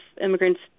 immigrants